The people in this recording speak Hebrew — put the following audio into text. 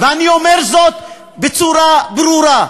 ואני אומר זאת בצורה ברורה.